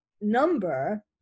number